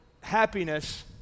happiness